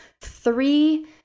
three